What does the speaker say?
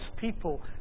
people